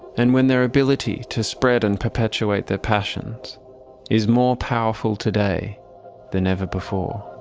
and when their ability to spread and perpetuate their passions is more powerful today than ever before?